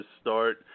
start